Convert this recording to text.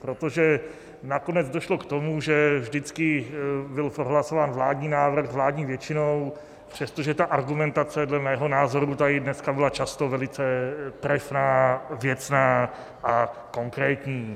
Protože nakonec došlo k tomu, že vždycky byl prohlasován vládní návrh vládní většinou, přestože ta argumentace dle mého názoru tady dneska byla často velice trefná, věcná a konkrétní.